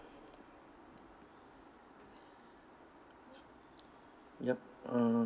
yup uh